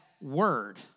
word